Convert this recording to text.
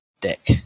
deck